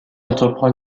entreprend